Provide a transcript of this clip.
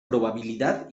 probabilidad